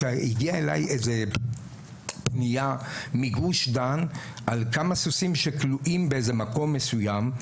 הגיעה אליי איזו פנייה מגוש דן על כמה סוסים שכלואים באיזה מקום מסוים,